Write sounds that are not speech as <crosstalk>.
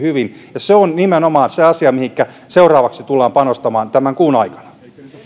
<unintelligible> hyvin ja se on nimenomaan se asia mihinkä seuraavaksi tullaan panostamaan tämän kuun aikana